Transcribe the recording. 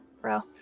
bro